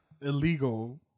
illegal